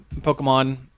Pokemon